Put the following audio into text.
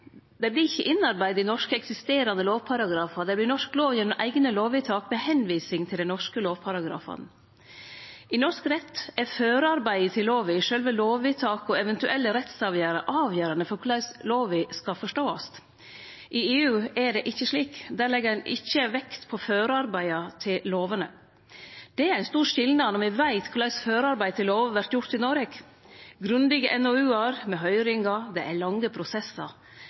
ikkje innarbeidde i norske eksisterande lovparagrafar. Dei vert norsk lov gjennom eigne lovvedtak som viser til dei norske lovparagrafane. I norsk rett er førearbeidet til lova, sjølve lovvedtaket og eventuelle rettsavgjerder avgjerande for korleis lova skal forståast. I EU er det ikkje slik. Der legg ein ikkje vekt på førearbeida til lovene. Det er ein stor skilnad når me veit korleis førearbeid til lover vert gjort i Noreg – grundige NOU-ar med høyringar, det er lange prosessar.